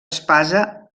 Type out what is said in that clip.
espasa